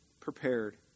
prepared